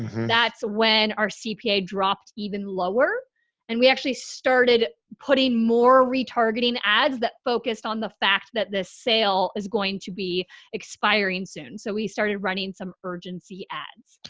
that's when our cpa dropped even lower and we actually started putting more retargeting ads that focused on the fact that this sale is going to be expiring soon. so we started running some urgency ads.